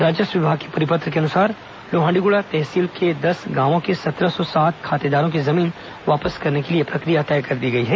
राजस्व विभाग के परिपत्र के अनुसार लोहाण्डीगुड़ा तहसील के दस गांवों के सत्रह सौ सात खातेदारों की जमीन वापस करने के लिए प्रक्रिया तैय कर दी गई है